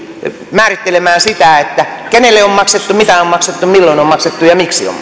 määrittelemään sitä kenelle on maksettu mitä on on maksettu milloin on maksettu ja miksi on